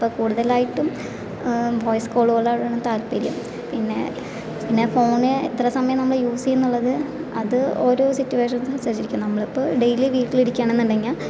ഇപ്പോൾ കൂടുതലായിട്ടും വോയിസ് കോളുകളോടാണ് താല്പര്യം പിന്നെ പിന്നെ ഫോൺ എത്ര സമയം നമ്മൾ യൂസ് ചെയ്യുമെന്നുള്ളത് അത് ഓരോ സിറ്റുവേഷൻസ് അനുസരിച്ചിരിക്കും നമ്മളിപ്പോൾ ഡെയ്ലി വീട്ടിൽ ഇരിക്കുകയാണെന്ന് ഉണ്ടെങ്കിൽ